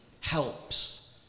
helps